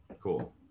Cool